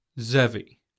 Zevi